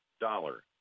dollar